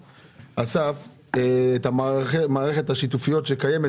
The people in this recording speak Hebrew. מהאוצר את מערכת השיתופיות שקיימת.